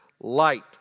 light